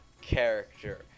character